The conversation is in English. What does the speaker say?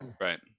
right